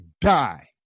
die